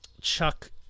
Chuck